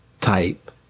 type